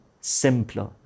simpler